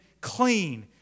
clean